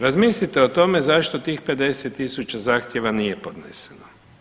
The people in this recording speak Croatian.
Razmislite o tome zašto tih 50 tisuća zahtjeva nije podneseno.